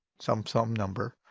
some some number,